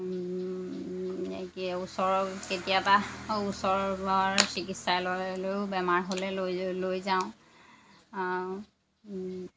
এই কি ওচৰৰ কেতিয়াবা ওচৰৰ চিকিৎসালয়লৈও বেমাৰ হ'লে লৈ লৈ যাওঁ আৰু